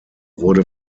wurde